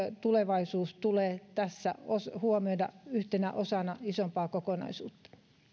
tulevaisuus tulee tässä huomioida yhtenä osana isompaa kokonaisuutta